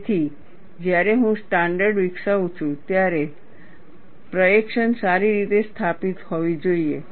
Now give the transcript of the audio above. તેથી જ્યારે હું સ્ટાન્ડર્ડ વિકસાવું છું ત્યારે પ્રએક્શન સારી રીતે સ્થાપિત હોવી જોઈએ